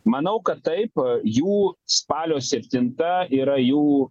manau kad taip jų spalio septinta yra jų